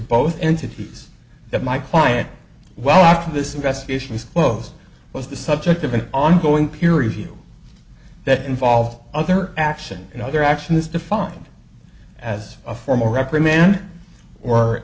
both entities that my client well after this investigation is closed was the subject of an ongoing peer review that involved other action you know their action is defined as a formal reprimand